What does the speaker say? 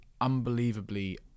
unbelievably